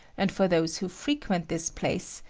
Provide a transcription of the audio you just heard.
and for those who frequent this place,